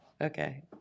Okay